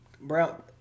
Brown